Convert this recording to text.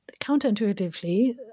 counterintuitively